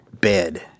bed